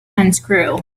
unscrew